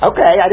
Okay